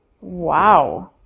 Wow